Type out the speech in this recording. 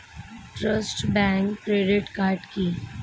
Trust bank credit card কি?